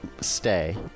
stay